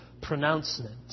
pronouncement